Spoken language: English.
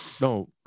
No